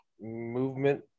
movement